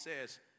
says